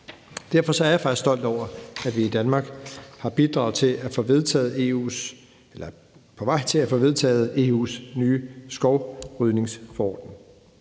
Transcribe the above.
Derfor er jeg faktisk stolt over, at vi i Danmark har bidraget til, at man er på vej til at få vedtaget EU's nye skovrydningsforordning.